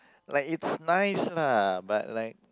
like it's nice lah but like